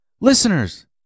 Listeners